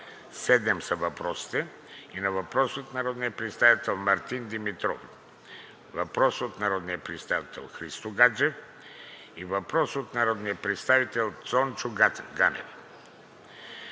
Корнелия Нинова; на въпрос от народния представител Мартин Димитров; на въпрос от народния представител Христо Гаджев и на въпрос от народния представител Цончо Ганев;